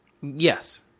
Yes